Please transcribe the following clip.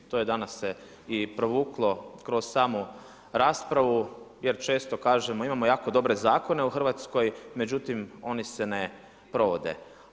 To se danas i provuklo kroz samu raspravu jer često kažemo imamo jako dobre zakone u Hrvatskoj, međutim oni se ne provode.